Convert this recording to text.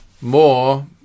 more